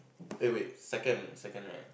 eh wait second second right